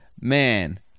Man